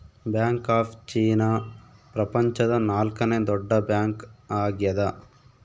bank of China ಪ್ರಪಂಚದ ನಾಲ್ಕನೆ ದೊಡ್ಡ ಬ್ಯಾಂಕ್ ಆಗ್ಯದ